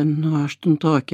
nu aštuntokė